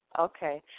Okay